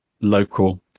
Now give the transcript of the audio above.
local